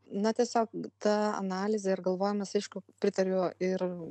na tiesiog ta analizė ir galvojimas aišku pritariau ir